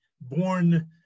born